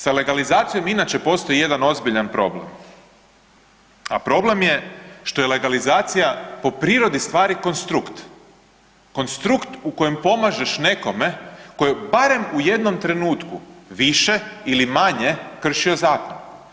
Sa legalizacijom inače postoji jedan ozbiljan problem, a problem je što je legalizacija po prirodi stvari konstrukt, konstrukt u kojem pomažeš nekome koji je barem u jednom trenutku više ili manje kršio zakon.